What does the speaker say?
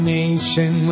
nation